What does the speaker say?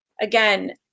Again